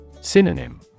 Synonym